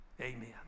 Amen